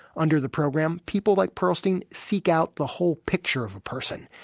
under the program, people like pearlstein seek out the whole picture of a person.